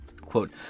Quote